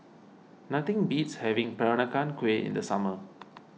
nothing beats having Peranakan Kueh in the summer